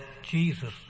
Jesus